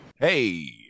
Hey